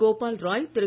Gopal Rai Thiru